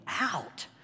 out